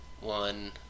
one